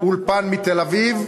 אולפן מתל-אביב,